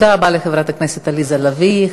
תודה רבה לחברת הכנסת עליזה לביא.